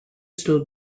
still